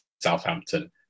Southampton